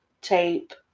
tape